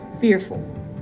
fearful